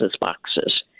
boxes